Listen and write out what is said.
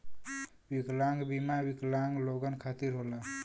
विकलांग बीमा विकलांग लोगन खतिर होला